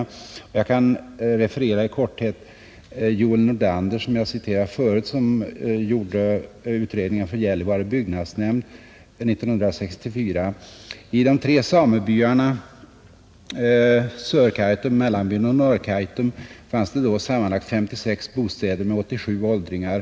Jag kan också referera Joel Nordlander, som jag citerat förut och som gjorde en utredning om de samiska åldringarnas bostäder för Gällivare byggnadsnämnd 1964. I de tre samebyarna Sörkaitum, Mellanbyn och Norrkaitum fanns det då sammanlagt 56 bostäder med 87 åldringar.